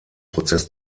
prozess